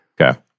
Okay